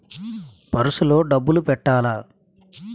Purse లో డబ్బులు పెట్టలా?